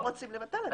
רוצים לבטל את זה.